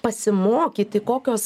pasimokyti kokios